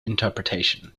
interpretation